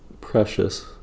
precious